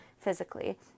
physically